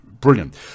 brilliant